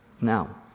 Now